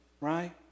Right